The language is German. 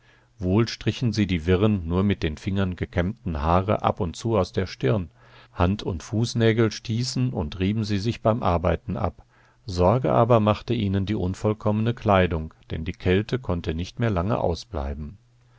wohl strichen sie die wirren nur mit den fingern gekämmten haare ab und zu aus der stirn hand und fußnägel stießen und rieben sie sich beim arbeiten ab sorge aber machte ihnen die unvollkommene kleidung denn die kälte konnte nicht mehr lange ausbleiben